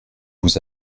vous